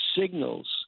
signals